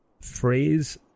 phrase